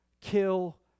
kill